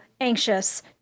anxious